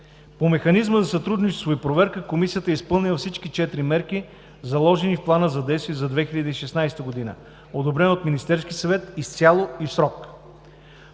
По Механизма за сътрудничество и проверка Комисията е изпълнила всичките четири мерки, заложени в Плана за действие за 2016 г., одобрен от Министерския съвет, изцяло и в срок.